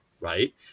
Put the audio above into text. right